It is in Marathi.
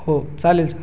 हो चालेल सर